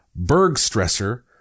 Bergstresser